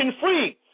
free